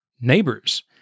neighbors